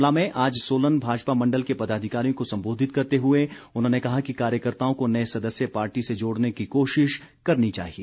शिमला में आज सोलन भाजपा मंडल के पदाधिकारियों को संबोधित करते हुए उन्होंने कहा कि कार्यकर्ताओं को नए सदस्य पार्टी से जोड़ने की कोशिश करनी चाहिए